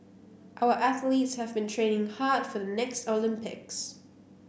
our athletes have been training hard for the next Olympics